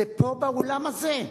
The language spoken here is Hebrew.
זה פה באולם הזה,